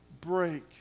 break